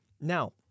now